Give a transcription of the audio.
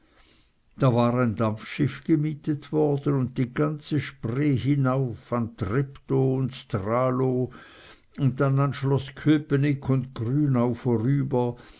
da wär ein dampfschiff gemietet worden und die ganze spree hinauf an treptow und stralow und dann an schloß köpenick und grünau vorüber